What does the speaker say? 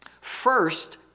First